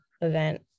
event